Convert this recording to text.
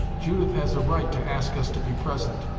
judith has a right to ask us to be present,